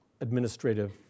administrative